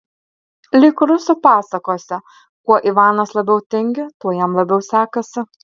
lyg rusų pasakose kuo ivanas labiau tingi tuo jam labiau sekasi